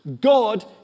God